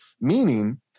meaning